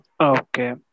Okay